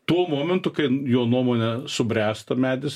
tuo momentu kai jo nuomone subręsta medis